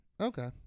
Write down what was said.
Okay